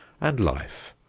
and life,